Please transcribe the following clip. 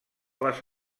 les